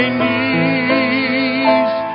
knees